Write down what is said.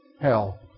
Hell